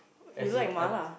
you like mala